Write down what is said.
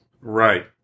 Right